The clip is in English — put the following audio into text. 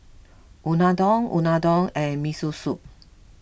Unadon Unadon and Miso Soup